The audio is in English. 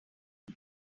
get